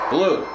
Blue